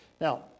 Now